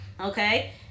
okay